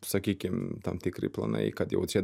sakykim tam tikri planai kad jau čia